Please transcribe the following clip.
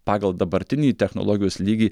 pagal dabartinį technologijos lygį